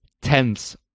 tense